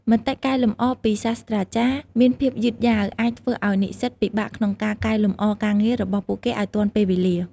មតិកែលម្អពីសាស្ត្រាចារ្យមានភាពយឺតយ៉ាវអាចធ្វើឱ្យនិស្សិតពិបាកក្នុងការកែលម្អការងាររបស់ពួកគេឱ្យទាន់ពេលវេលា។